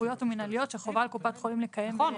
רפואיות או מנהליות שחובה על קופת חולים לקיים -- נכון,